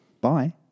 Bye